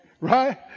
right